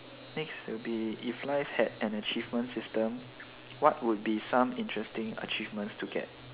next will be if life had an achievement system what would be some interesting achievements to get